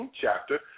chapter